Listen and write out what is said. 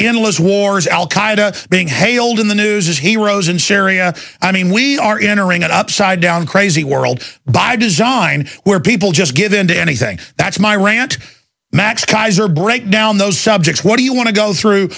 endless wars al qaida being hailed in the news as heroes and sheria i mean we are entering it upside down crazy world by design where people just give in to anything that's my rant max kaiser break down those subjects what do you want to go through